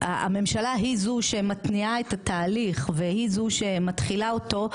הממשלה היא זו שמניעה את התהליך והיא זו שמתחילה אותו,